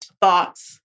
thoughts